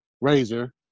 Razor